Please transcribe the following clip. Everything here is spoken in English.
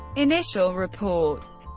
initial reports,